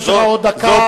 יש לך עוד דקה.